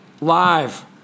live